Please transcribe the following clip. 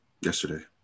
yesterday